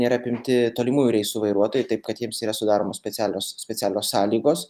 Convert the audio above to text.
nėra apimti tolimųjų reisų vairuotojai taip kad jiems yra sudaromos specialios specialios sąlygos